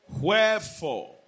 Wherefore